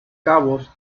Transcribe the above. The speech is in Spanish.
cabos